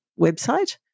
website